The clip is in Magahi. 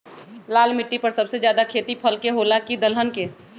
लाल मिट्टी पर सबसे ज्यादा खेती फल के होला की दलहन के?